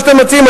מה שאתם מציעים.